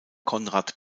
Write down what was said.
konrad